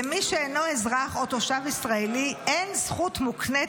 למי שאינו אזרח או תושב ישראלי אין זכות מוקנית